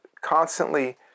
constantly